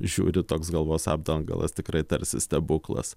žiūri toks galvos apdangalas tikrai tarsi stebuklas